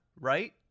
right